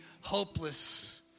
hopeless